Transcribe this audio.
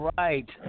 right